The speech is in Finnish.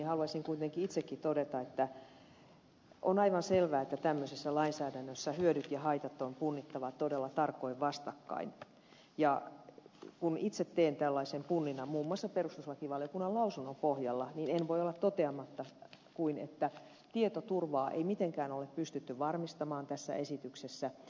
haluaisin kuitenkin itsekin todeta että on aivan selvää että tämmöisessä lainsäädännössä hyödyt ja haitat on punnittava todella tarkoin vastakkain ja kun itse teen tällaisen punninnan muun muassa perustuslakivaliokunnan lausunnon pohjalta en voi olla toteamatta muuta kuin että tietoturvaa ei mitenkään ole pystytty varmistamaan tässä esityksessä